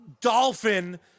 dolphin